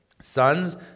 Sons